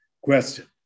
question